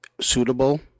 suitable